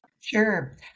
Sure